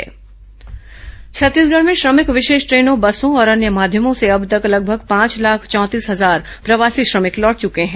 प्रवासी श्रमिक वापसी छत्तीसगढ़ में श्रमिक विशेष ट्रेनों बसों और अन्य माध्यमों से अब तक लगभग पांच लाख चौंतीस हजार प्रवासी श्रमिक लौट चुके हैं